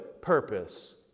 purpose